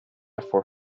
for